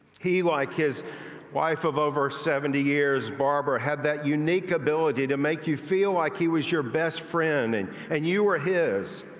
he like his wife of over seventy years, barbara, had that unique ability to make him feel like he was your best friend and and you were his.